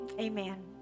amen